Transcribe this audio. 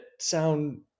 sound